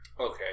Okay